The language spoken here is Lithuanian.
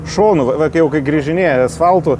šonu va va kai jau kai grįžinėja asfaltu